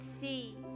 see